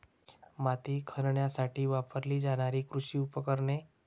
माती खणण्यासाठी वापरली जाणारी कृषी उपकरणे